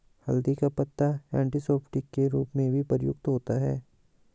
हल्दी का पत्ता एंटीसेप्टिक के रूप में भी प्रयुक्त होता है